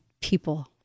people